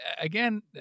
again